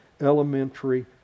elementary